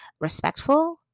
respectful